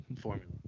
formula